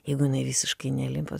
jeigu jinai visiškai nelimpa